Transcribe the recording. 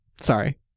Sorry